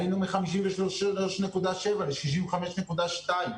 עלינו מ-53.7% ל-65.2%.